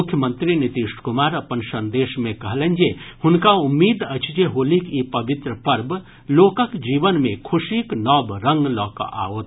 मुख्यमंत्री नीतीश कुमार अपन संदेश मे कहलनि जे हुनका उम्मीद अछि जे होलीक ई पवित्र पर्व लोकक जीवन मे खुशीक नव रंग लऽ कऽ आओत